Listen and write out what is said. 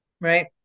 right